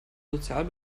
sozial